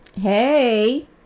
hey